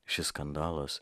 šis skandalas